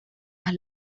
más